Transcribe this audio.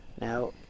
Now